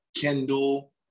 Kendall